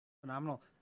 phenomenal